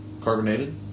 Carbonated